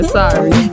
sorry